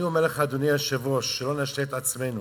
אני אומר לך, אדוני היושב-ראש, שלא נשלה את עצמנו: